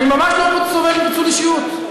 אני ממש לא סובל מפיצול אישיות.